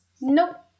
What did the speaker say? Nope